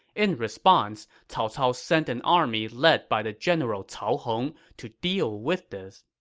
in response, cao cao sent an army led by the general cao hong to deal with this.